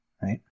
right